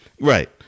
right